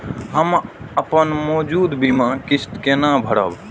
हम अपन मौजूद बीमा किस्त केना भरब?